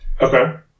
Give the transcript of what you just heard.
Okay